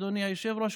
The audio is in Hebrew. אדוני היושב-ראש,